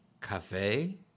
cafe